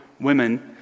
women